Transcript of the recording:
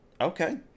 Okay